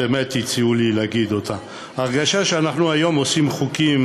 שהציעו לי להגיד אותה: ההרגשה שאנחנו היום עושים חוקים